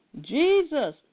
Jesus